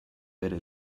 bere